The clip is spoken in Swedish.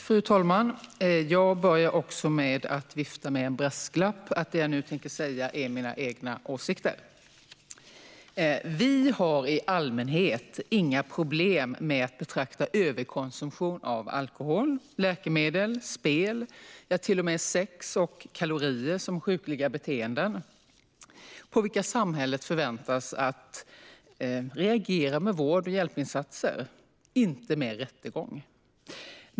Fru talman! Jag börjar också med att vifta med en brasklapp om att det jag nu tänker säga är mina egna åsikter. Vi har i allmänhet inga problem med att betrakta överkonsumtion av alkohol, läkemedel, spel, ja till och med sex och kalorier, som sjukliga beteenden på vilka samhället förväntas reagera med vård och hjälpinsatser - inte med rättegång.